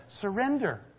surrender